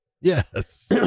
Yes